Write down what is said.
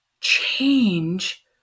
change